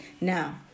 Now